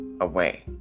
away